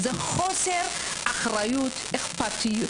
זה חוסר אחריות ואכפתיות.